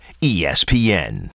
ESPN